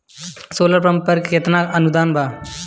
Solar pump पर केतना अनुदान बा?